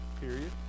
Period